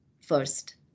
first